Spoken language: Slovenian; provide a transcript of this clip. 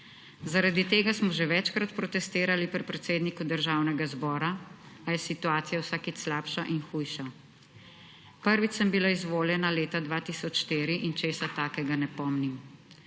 Zaradi tega smo že večkrat protestirali pri predsedniku Državnega zbora, a je situacija vsakič slabša in hujša. Prvič sem bila izvoljena leta 2004 in česa takega ne pomnim.